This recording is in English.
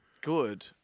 Good